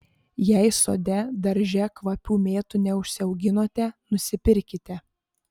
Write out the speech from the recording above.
jei sode darže kvapių mėtų neužsiauginote nusipirkite